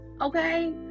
okay